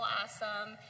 awesome